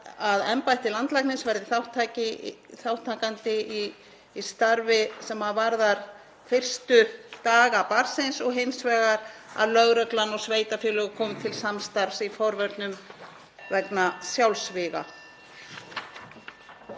að embætti landlæknis verði þátttakandi í starfi sem varðar fyrstu daga barnsins og hins vegar að lögreglan og sveitarfélög komi til samstarfs í forvörnum vegna sjálfsvíga.